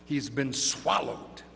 he's been swallowed